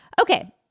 Okay